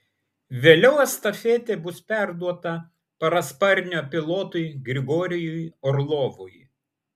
vėliau estafetė bus perduota parasparnio pilotui grigorijui orlovui